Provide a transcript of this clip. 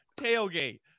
tailgate